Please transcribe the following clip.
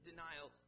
denial